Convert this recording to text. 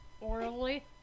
orally